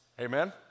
Amen